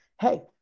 hey